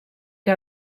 que